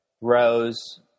rows